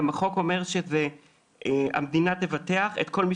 החוק גם אומר שהמדינה תבטח את כל מי